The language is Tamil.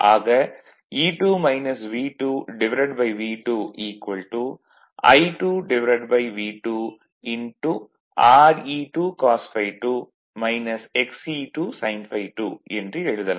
ஆக V2 I2V2 Re2 cos ∅2 X e2 sin ∅2 என்று எழுதலாம்